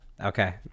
Okay